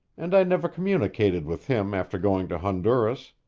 and i never communicated with him after going to honduras.